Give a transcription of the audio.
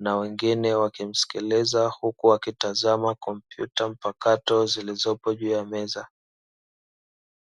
na wengine wakimsikiliza. Huku wakitazama kompyuta mpakato zilizopo juu ya meza.